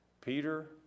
Peter